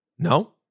No